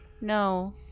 No